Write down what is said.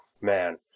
Man